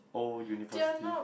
old university